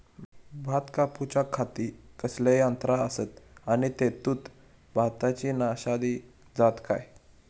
भात कापूच्या खाती कसले यांत्रा आसत आणि तेतुत भाताची नाशादी जाता काय?